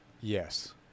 Yes